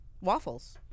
Waffles